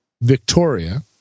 victoria